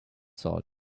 salt